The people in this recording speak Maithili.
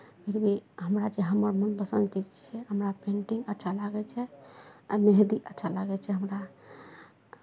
हमरा छै हमर मोनके शान्ति छियै हमरा पेन्टिंग अच्छा लागै छै आ मेहदी अच्छा लागै छै हमरा